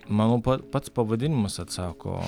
manau pa pats pavadinimas atsako